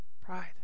pride